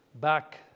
back